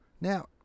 Now